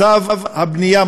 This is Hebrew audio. מצב הבנייה,